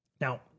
Now